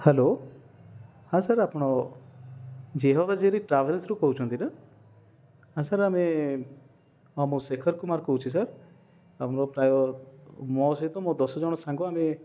hello ହଁ sir ଆପଣ ଜେହବଜାରୀ ଟ୍ରାଭେଲ୍ସରୁ କହୁଛନ୍ତି ନା ସାର୍ ଆମେ ହଁ ମୁଁ ଶେଖର କୁମାର କହୁଛି ସାର୍ ଆମର ପ୍ରାୟ ମୋ ସହିତ ମୋ ଦଶଜଣ ସାଙ୍ଗ ଆମେ